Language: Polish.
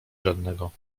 żadnego